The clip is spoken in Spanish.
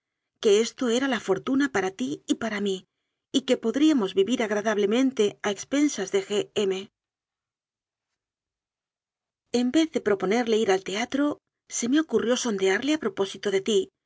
que esto era la fortuna para ti y para mí y que podríamos vivir agradable mente a expensas de g m en vez de proponerle ir al teatro se me ocurrió sondearle a propósito de ti